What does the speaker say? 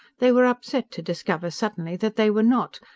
they were upset to discover suddenly that they were not,